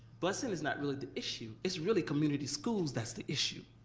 busing is not really the issue. it's really community schools that's the issue.